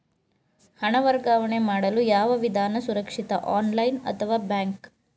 ಹಣ ವರ್ಗಾವಣೆ ಮಾಡಲು ಯಾವ ವಿಧಾನ ಸುರಕ್ಷಿತ ಆನ್ಲೈನ್ ಅಥವಾ ಬ್ಯಾಂಕ್?